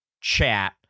chat